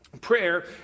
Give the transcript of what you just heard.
Prayer